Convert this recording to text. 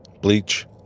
Bleach